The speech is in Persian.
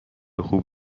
خوب